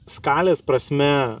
skalės prasme